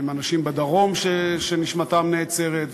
עם האנשים בדרום שנשימתם נעצרת,